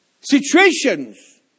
situations